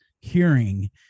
hearing